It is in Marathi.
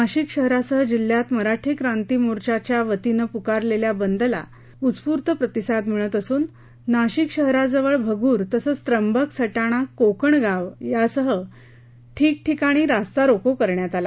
नाशिक शहरासह जिल्ह्यात मराठा क्रांती मोर्चाच्या वतीने पुकारलेल्या बंद ला उस्फुर्त प्रतिसाद मिळत असून नाशिक शहराजवळ भगूर तसेच त्र्यंबक सटाणा कोकणगाव यासह ठीक ठिकाणी रास्ता रोको करण्यात आला